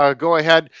um go ahead.